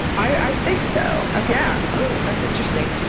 i think so, yeah. oh that's interesting!